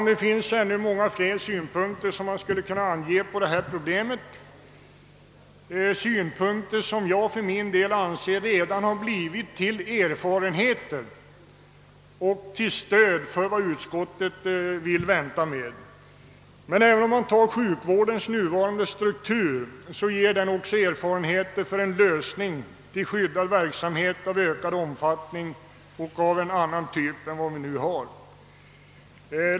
Det finns fler synpunkter man kan anlägga på detta problem, synpunkter som jag anser redan har blivit erfarenheter och som motiverar de åtgärder vi föreslår men som utskottet vill vänta med. Även sjukvårdens nuvarande struktur ger erfarenheter som talar för skyddad verksamhet i ökad omfattning och av annan typ än vi nu har.